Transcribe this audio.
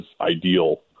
ideal